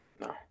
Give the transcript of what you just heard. No